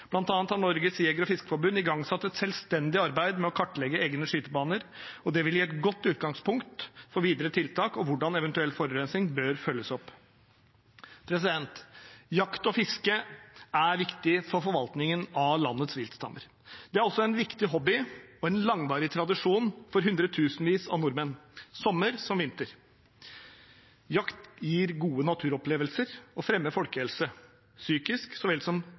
har Norges Jeger- og Fiskerforbund igangsatt et selvstendig arbeid med å kartlegge egne skytebaner, og det vil gi et godt utgangspunkt for videre tiltak og hvordan eventuell forurensning bør følges opp. Jakt og fiske er viktig for forvaltningen av landets viltstammer. Det er også en viktig hobby og en langvarig tradisjon for hundretusenvis av nordmenn – sommer som vinter. Jakt gir gode naturopplevelser og fremmer folkehelse, psykisk så vel som